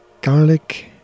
garlic